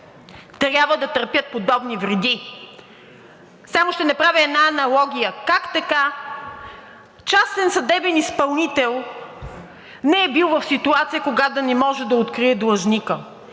трябва да търпят подобни вреди. Само ще направя една аналогия. Как така частен съдебен изпълнител не е бил в ситуация, в която да не може да открие длъжника?